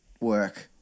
work